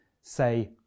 say